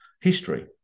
history